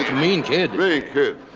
like mean kid! mean kid.